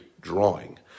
drawing